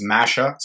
Masha